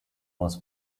was